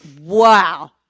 Wow